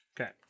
Okay